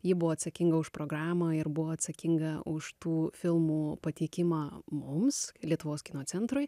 ji buvo atsakinga už programą ir buvo atsakinga už tų filmų pateikimą mums lietuvos kino centrui